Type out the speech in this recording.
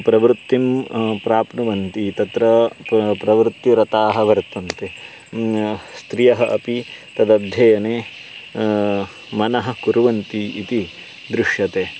प्रवृत्तिं प्राप्नुवन्ति तत्र प्र प्रवृत्तिरताः वर्तन्ते स्त्रियः अपि तदध्ययने मनः कुर्वन्ति इति दृश्यते